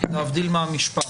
להבדיל מהמשפט,